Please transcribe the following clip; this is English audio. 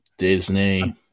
Disney